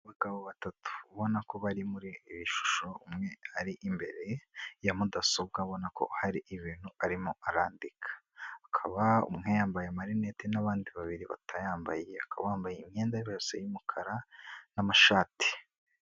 Abagabo batatu ubona ko bari muri iri shusho, umwe ari imbere ya mudasobwa ubona ko hari ibintu arimo arandika, akaba umwe yambaye amarinete n'abandi babiri batayambaye, bakaba bambaye imyenda bose y'umukara n'amashati.